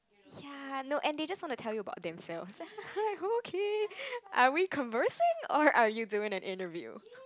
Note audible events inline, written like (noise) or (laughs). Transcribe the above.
ya no and they just want to tell them about themselves (laughs) like okay are we conversing or are you doing an interview